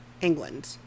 England